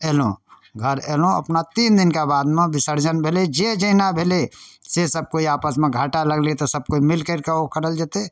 एलहुॅं घर एलहुॅं अपना तीन दिनका बादमे बिसर्जन भेलै जे जहिना भेलै से सब कोइ आपसमे घाटा लगलै तऽ सब कोइ मिल करके ओ करल जेतै